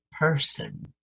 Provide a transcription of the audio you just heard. person